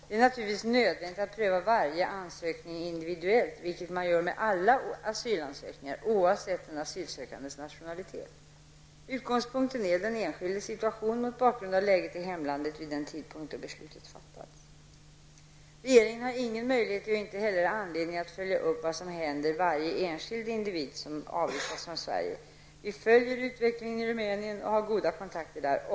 Det är naturligtvis nödvändigt att pröva varje ansökning individuellt, vilket man gör med alla asylansökningar, oavsett den asylsökandes nationalitet. Utgångspunkten är den enskildes situation mot bakgrund av läget i hemlandet vid den tidpunkt då beslutet fattas. Regeringen har ingen möjlighet och inte heller anledning att följa upp vad som händer varje enskild individ som avvisas från Sverige. Vi följer utvecklingen i Rumänien och har goda kontakter där.